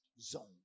zone